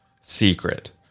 secret